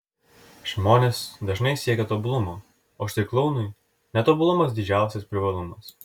žmonės dažnai siekia tobulumo o štai klounui netobulumas didžiausias privalumas